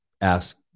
ask